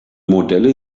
modelle